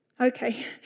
Okay